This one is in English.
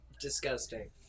disgusting